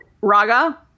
Raga